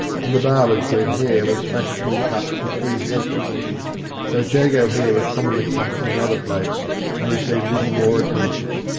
and the barber's where hair was fashionably cut for three halfpence though jago hair was commonly cut in another place and received little more attention.